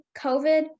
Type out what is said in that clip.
COVID